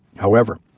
however,